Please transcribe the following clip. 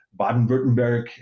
Baden-Württemberg